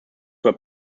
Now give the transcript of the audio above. were